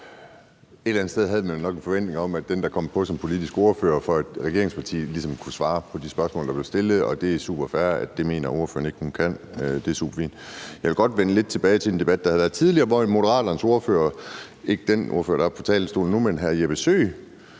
det. Et eller andet sted havde man jo nok en forventning om, at den, der kom på som politisk ordfører fra et regeringsparti, ligesom kunne svare på de spørgsmål, der blev stillet. Det er helt fair, at det mener ordføreren ikke hun kan – det er superfint. Jeg vil godt vende lidt tilbage til en debat, der var tidligere, hvor Moderaternes ordfører – ikke den ordfører, der står på talerstolen nu, men hr. Jeppe Søe